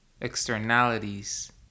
externalities